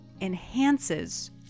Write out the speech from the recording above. enhances